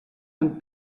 and